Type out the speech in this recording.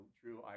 true